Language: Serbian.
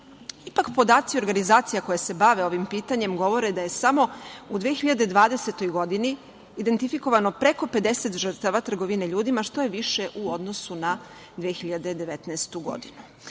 Ipak podaci organizacija koje se bave ovim pitanjem govore da je samo u 2020. godini identifikovano preko 50 žrtava trgovine ljudima, što je više u odnosu na 2019. godinu. Mi